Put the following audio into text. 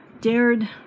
dared